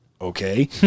Okay